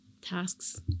tasks